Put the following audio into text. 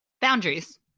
boundaries